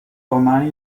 romani